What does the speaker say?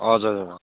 हजुर